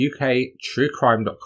UKTrueCrime.com